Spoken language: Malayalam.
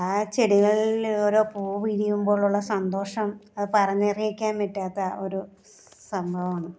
ആ ചെടികളിൽ ഓരോ പൂ വിരിയുമ്പോൾ ഉള്ള സന്തോഷം അത് പറഞ്ഞറിയിക്കാൻ പറ്റാത്ത ഒരു സംഭവമാണ്